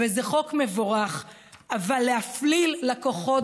על חוק הפללת לקוחות